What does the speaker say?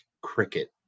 cricket